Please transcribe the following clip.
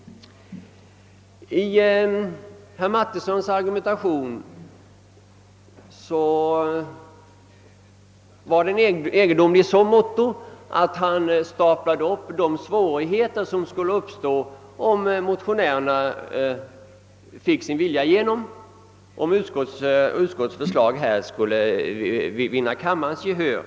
Herr Martinssons argumentation var egendomlig i så måtto att han räknade upp alla de svårigheter som skulle uppstå om motionärerna fick sin vilja igenom och utskottets förslag alltså vann kammarens gehör.